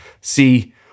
see